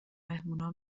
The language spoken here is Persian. مهمونها